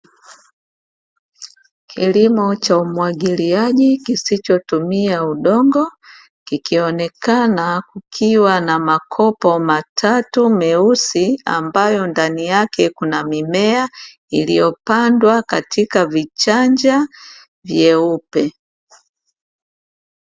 Kilimo cha umwagiliaji kisichotumia udongo, kikionekana kukiwa na makopo matatu meusi, ambayo ndani yake kuna mimea iliyopandwa katika vichanja vyeupe.